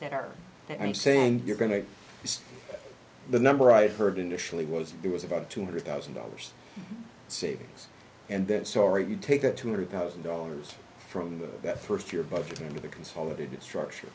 that are that i'm saying you're going to see the number i've heard initially was there was about two hundred thousand dollars savings and that sorry if you take that two hundred thousand dollars from that first year budget into the consolidated structure